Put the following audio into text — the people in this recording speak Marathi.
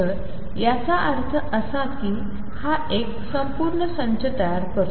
तर याचा अर्थ असा की हा एक संपूर्ण संच तयार करतो